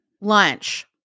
lunch